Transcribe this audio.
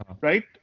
right